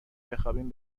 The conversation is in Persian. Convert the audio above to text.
بخوابیم